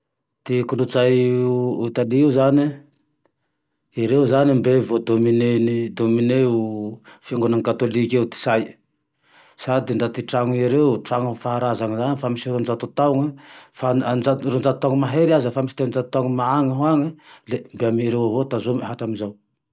Ty kolotsay i Italy io zane, ere zane mbe vô dominen'i, fiangonana katôlika ty sainy, sady draty trano ereo trano faharazana ehany fa misy roanjato taone, fa anjato-roanjato taona mahery aza fa misy telon-jato taona agne ho agne le mbe aminareo avao tazomy hatramezao.